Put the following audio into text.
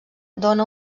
dóna